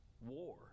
war